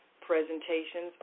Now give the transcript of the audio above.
presentations